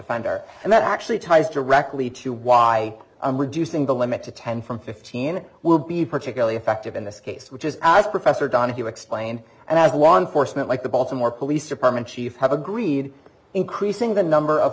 defined there and that actually ties directly to why i'm reducing the limit to ten from fifteen it will be particularly effective in this case which is as professor donoghue explained and as law enforcement like the baltimore police department chief have agreed increasing the number of